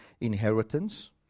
inheritance